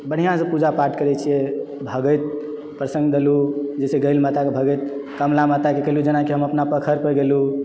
बढ़िआँसँ पूजा पाठ करै छियै भगैत प्रसन्न भेलहुँ जैसे गहील माताके भगैत कमला माताके केलहुँ जेनाकि हम अपना पोखरिपर गेलहुँ